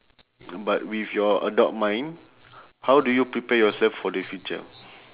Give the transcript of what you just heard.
but with your adult mind how do you prepare yourself for the future